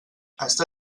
està